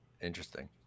Interesting